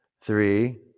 three